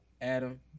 Adam